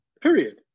Period